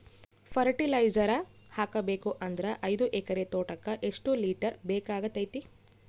Fertiliser ಹಾಕಬೇಕು ಅಂದ್ರ ಐದು ಎಕರೆ ತೋಟಕ ಎಷ್ಟ ಲೀಟರ್ ಬೇಕಾಗತೈತಿ?